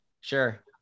sure